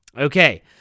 Okay